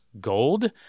Gold